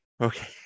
okay